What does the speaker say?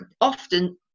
often